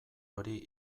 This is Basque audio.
hori